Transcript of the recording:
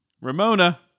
Ramona